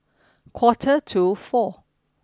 quarter to four